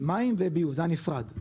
מים וביוב זה היה נפרד,